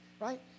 Right